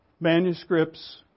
manuscripts